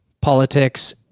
politics